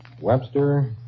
Webster